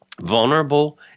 Vulnerable